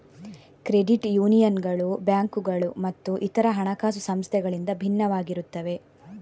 credit ಯೂನಿಯನ್ಗಳು ಬ್ಯಾಂಕುಗಳು ಮತ್ತು ಇತರ ಹಣಕಾಸು ಸಂಸ್ಥೆಗಳಿಂದ ಭಿನ್ನವಾಗಿರುತ್ತವೆ